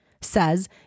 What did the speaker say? says